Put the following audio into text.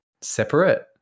separate